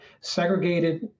segregated